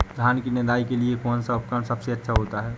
धान की निदाई के लिए कौन सा उपकरण सबसे अच्छा होता है?